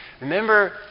Remember